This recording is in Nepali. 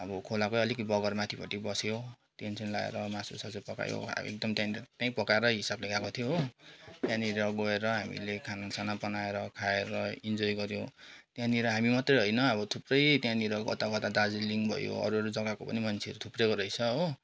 अब खोलाकै अलिकति बगर माथिपट्टि बस्यौँ टेन्टसेन्ट लगाएर मासुसासु पकायौँ एकदम टेन्ट त्यहीँ पकाएर हिसाबले गएको थियौँ हो त्यहाँनिर गएर हामीले खानासाना बनाएर खाएर इन्जोय गर्यौँ त्यहाँनिर हामी मात्रै होइन अब थुप्रै त्यहाँनिर कता कता दार्जिलिङ भयो अरू अरू जग्गाको पनि मान्छेहरू थुप्रिएको रहेछ हो